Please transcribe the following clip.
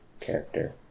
character